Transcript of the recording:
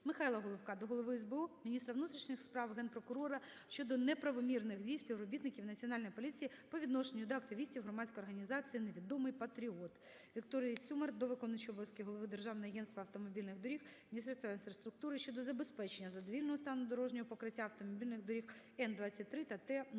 Михайла Головка до Голови СБУ, міністра внутрішніх справ, Генпрокурора щодо неправомірних дій співробітників Національної поліції по відношенню до активістів громадської організації "Невідомий Патріот". ВікторіїСюмар до виконуючого обов'язки Голови Державного агентства автомобільних доріг, Міністерства інфраструктури щодо забезпечення задовільного стану дорожнього покриття автомобільних доріг Н-23 та Т-0606.